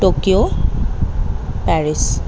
Tokyo Paris